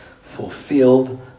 fulfilled